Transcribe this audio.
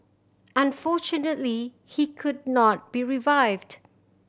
unfortunately he could not be revived